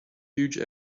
huge